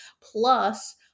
plus